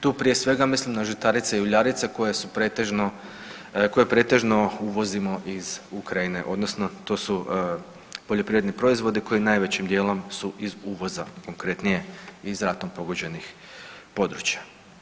Tu prije svega mislim na žitarice i uljarice koje su pretežno, koje pretežno uvozimo iz Ukrajine, odnosno to su poljoprivredni proizvodi koji najvećim dijelom su iz uvoza, konkretnije iz ratom pogođenih područja.